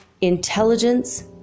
Intelligence